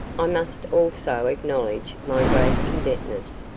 i must also acknowledge my great indebtedness